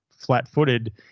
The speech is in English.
Flat-footed